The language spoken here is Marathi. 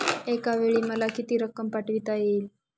एकावेळी मला किती रक्कम पाठविता येईल?